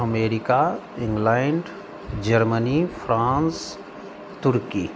America England Germany France turkey